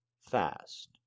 fast